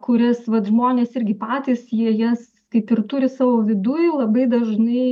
kurias vat žmonės irgi patys jie jas kaip ir turi savo viduj labai dažnai